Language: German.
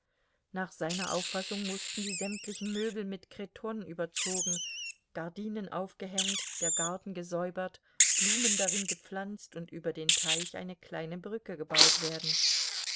nach seiner auffassung mußten die sämtlichen möbel mit kretonne überzogen gardinen aufgehängt der garten gesäubert blumen darin gepflanzt und über den teich eine kleine brücke gebaut werden